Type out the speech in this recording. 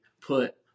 put